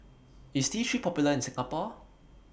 IS T three Popular in Singapore